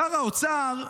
שר האוצר,